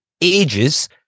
ages